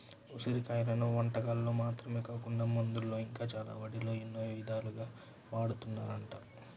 ఉసిరి కాయలను వంటకాల్లో మాత్రమే కాకుండా మందుల్లో ఇంకా చాలా వాటిల్లో ఎన్నో ఇదాలుగా వాడతన్నారంట